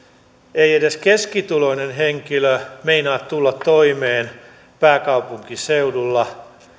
ei keskituloinen henkilö meinaa tulla toimeen pääkaupunkiseudulla